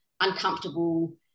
uncomfortable